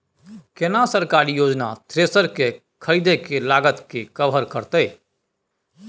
केना सरकारी योजना थ्रेसर के खरीदय के लागत के कवर करतय?